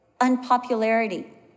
unpopularity